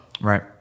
Right